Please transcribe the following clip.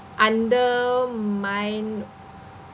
undermine